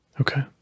Okay